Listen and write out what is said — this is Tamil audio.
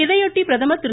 இதையொட்டி பிரதமர் திரு